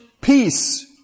peace